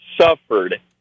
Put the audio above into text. suffered